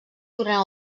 durant